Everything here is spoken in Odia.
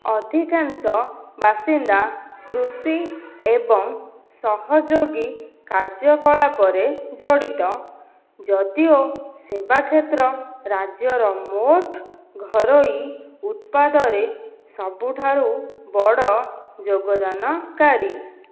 ଅଧିକାଂଶ ବାସିନ୍ଦା କୃଷି ଏବଂ ସହଯୋଗୀ କାର୍ଯ୍ୟକଳାପରେ ଜଡ଼ିତ ଯଦିଓ ସେବା କ୍ଷେତ୍ର ରାଜ୍ୟର ମୋଟ ଘରୋଇ ଉତ୍ପାଦରେ ସବୁଠାରୁ ବଡ଼ ଯୋଗଦାନକାରୀ